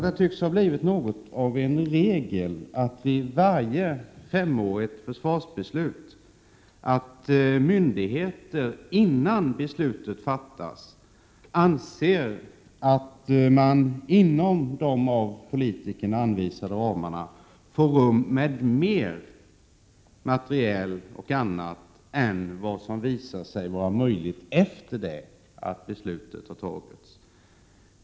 Det tycks ha blivit något slags ny regel att myndigheterna vid varje femårigt försvarsbeslut, innan beslutet fattas, anser att man inom de av politikerna anvisade ramarna får rum med mer materiel och annat än vad som visar sig vara möjligt efter det att beslutet har fattats.